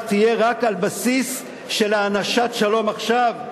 תהיה רק על בסיס של הענשת "שלום עכשיו"?